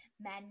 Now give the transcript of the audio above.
men